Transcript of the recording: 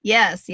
Yes